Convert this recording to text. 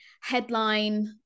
headline